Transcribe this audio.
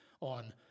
on